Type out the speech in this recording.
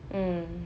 mm